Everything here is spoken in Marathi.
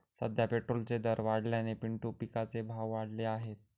सध्या पेट्रोलचे दर वाढल्याने पिंटू पिकाचे भाव वाढले आहेत